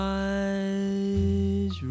eyes